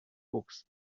books